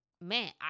man